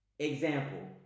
Example